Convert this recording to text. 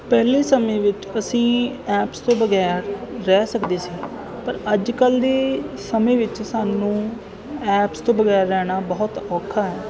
ਪਹਿਲੇ ਸਮੇਂ ਵਿੱਚ ਅਸੀਂ ਐਪਸ ਤੋਂ ਬਗੈਰ ਰਹਿ ਸਕਦੇ ਸੀ ਪਰ ਅੱਜ ਕੱਲ੍ਹ ਦੇ ਸਮੇਂ ਵਿੱਚ ਸਾਨੂੰ ਐਪਸ ਤੋਂ ਬਗੈਰ ਰਹਿਣਾ ਬਹੁਤ ਔਖਾ ਹੈ